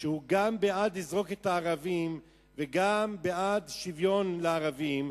שהוא גם בעד לזרוק את הערבים וגם בעד שוויון לערבים,